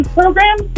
program